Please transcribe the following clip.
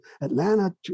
atlanta